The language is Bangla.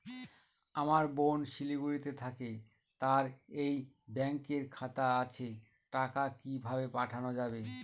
আমার বোন শিলিগুড়িতে থাকে তার এই ব্যঙকের খাতা আছে টাকা কি ভাবে পাঠানো যাবে?